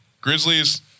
Grizzlies